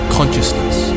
Consciousness